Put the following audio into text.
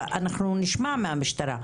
אנחנו נשמע מהמשטרה,